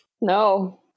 No